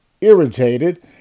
irritated